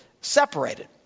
separated